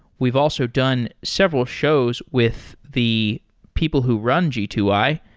we've also done several shows with the people who run g two i,